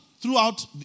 throughout